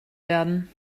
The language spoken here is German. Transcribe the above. werden